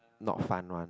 not fun one